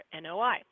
NOI